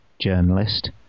journalist